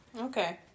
Okay